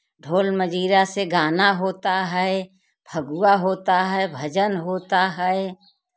ढोल मंजीरा से गाना होता है फगुआ होता है भजन होता है